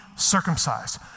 circumcised